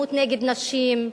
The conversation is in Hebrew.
אלימות נגד נשים,